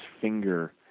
finger